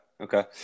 okay